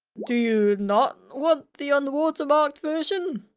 do you. not want the unwatermarked version?